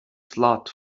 slot